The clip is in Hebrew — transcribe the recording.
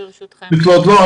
לא,